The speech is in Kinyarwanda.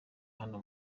hano